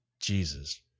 Jesus